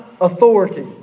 authority